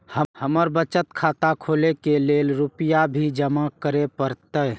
हमर बचत खाता खोले के लेल रूपया भी जमा करे परते?